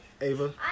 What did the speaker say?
Ava